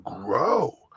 grow